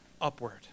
upward